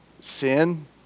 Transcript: sin